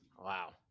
Wow